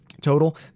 total